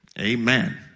amen